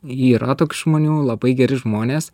yra toks žmonių labai geri žmonės